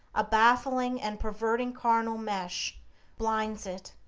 a baffling and perverting carnal mesh blinds it,